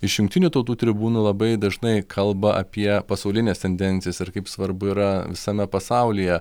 iš jungtinių tautų tribūnų labai dažnai kalba apie pasaulines tendencijas ir kaip svarbu yra visame pasaulyje